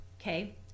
okay